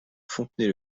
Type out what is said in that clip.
fontenay